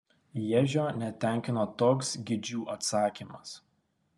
ježio netenkino toks gidžių atsakymas